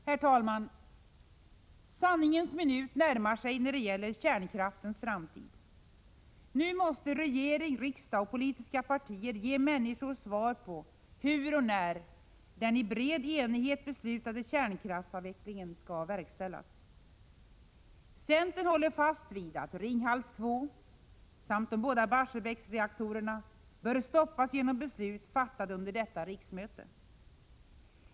Herr talman! Sanningens minut närmar sig när det gäller kärnkraftens framtid. Nu måste regering, riksdag och politiska partier ge människor svar på hur och när den i bred enighet beslutade kärnkraftsavvecklingen skall verkställas. Centern håller fast vid att Ringhals 2 samt de båda Barsebäcksreaktorerna bör stoppas genom beslut fattade under detta riksmöte.